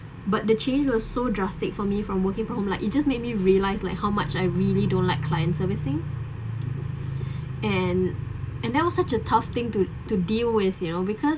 but the change was so drastic for me from working from home like it just made me realised like how much I really don't like clients servicing and and that was such a tough thing to to deal with you know because